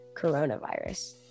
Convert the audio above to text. coronavirus